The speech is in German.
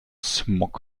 smog